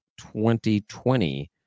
2020